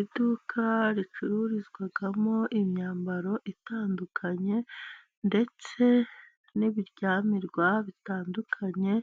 Iduka ricururizwamo imyambaro itandukanye ndetse ni ibiryamirwa bitandukanye,